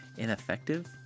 ineffective